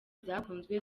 zakunzwe